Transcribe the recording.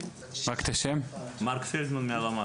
פלדמן מהלמ"ס,